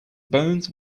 bones